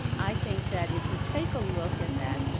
i think that if you take a look at that,